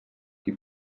qui